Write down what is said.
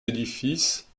édifices